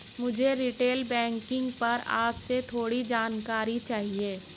मुझे retail banking पर आपसे थोड़ी जानकारी चाहिए